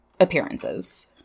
appearances